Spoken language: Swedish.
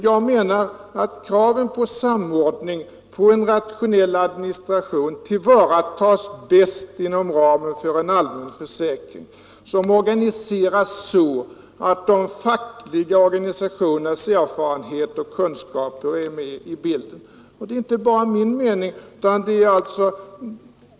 Jag menar att kraven på samordning och på rationell administration tillvaratas bäst inom ramen för en allmän försäkring, som organiseras så att de fackliga organisationernas erfarenheter och kunskaper är med i bilden. Och detta är inte bara min mening.